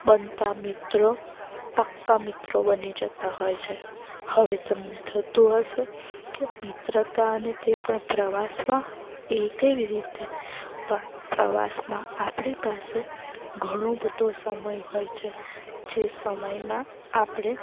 બનતા મિત્રો પાક્કા મિત્રો બની જતા હોય છે હવે તમને થતું હશે કે મિત્રતા અને તે પણ પ્રવાસમાં એ કેવી રીતે પણ પ્રવાસમાં આપણી પાસે ઘણો બધો સમય હોય છે જે સમયમાં આપણે